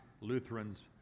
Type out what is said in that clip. Lutherans